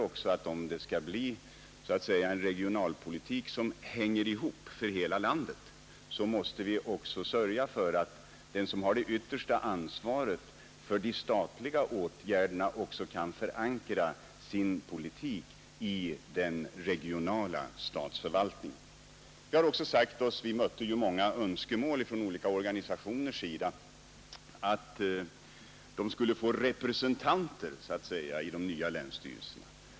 Men om det skall bli en regionalpolitik som så att säga hänger ihop för hela landet, måste vi sörja för att den som har det yttersta ansvaret för de statliga åtgärderna också kan förankra sin politik i den regionala statsförvaltningen. Från många organisationer mötte vi också önskemål om att de skulle få representanter i de nya länsstyrelserna.